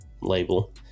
label